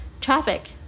traffic